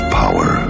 power